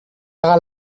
hagas